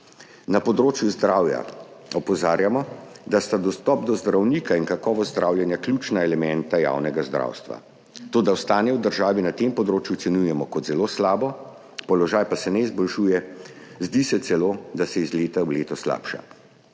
Na področju zdravja opozarjamo, da sta dostop do zdravnika in kakovost zdravljenja ključna elementa javnega zdravstva, toda stanje v državi na tem področju ocenjujemo kot zelo slabo, položaj pa se ne izboljšuje, zdi se celo, da se iz leta v leto slabša.